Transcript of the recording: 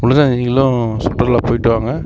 முடிஞ்ச நீங்களும் சுற்றுலா போய்ட்டு வாங்க